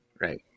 right